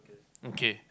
okay